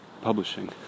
Publishing